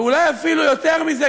ואולי אפילו יותר מזה,